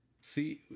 See